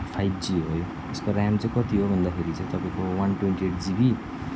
five G हो यो यसको ऱ्याम चाहिँ कति हो भन्दाखेरि चाहिँ तपाईँको वन ट्वेन्टी एट जीबी